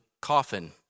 coffin